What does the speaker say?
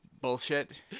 bullshit